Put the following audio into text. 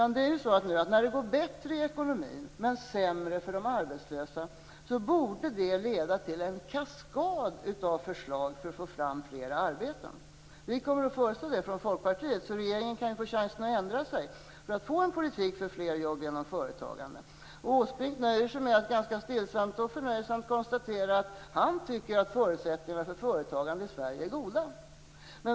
När det nu går bättre i ekonomin men sämre för de arbetslösa borde det leda till en kaskad av förslag för att få fram fler arbeten. Från Folkpartiets sida kommer vi med sådana förslag, så regeringen kan få chansen att ändra sig och få en politik för fler jobb genom företagande. Åsbrink nöjer sig med att ganska stillsamt och förnöjsamt konstatera att han anser att förutsättningarna för företagande är goda i Sverige.